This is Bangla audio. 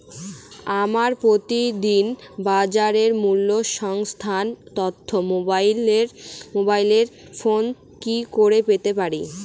আমরা প্রতিদিন বাজার মূল্য সংক্রান্ত তথ্য মোবাইল ফোনে কি করে পেতে পারি?